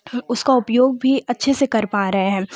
हाँ उसका उपयोग भी अच्छे से कर पा रहे हैं